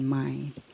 mind